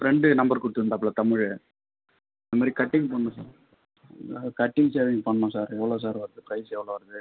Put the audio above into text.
friend number கொடுத்துருந்தாப்புல தமிழ் இந்த மாதிரி கட்டிங் பண்ணணும் சார் கட்டிங் ஷேவிங் பண்ணணும் சார் எவ்வளோ சார் வருது ப்ரைஸ் எவ்வளோ வருது